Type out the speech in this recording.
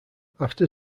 after